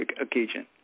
occasion